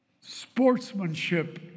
sportsmanship